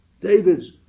David's